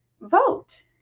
vote